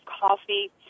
coffee